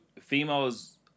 females